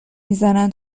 میزنن